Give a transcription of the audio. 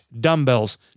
dumbbells